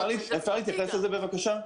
אפשר להתייחס בבקשה?